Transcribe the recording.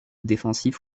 défensif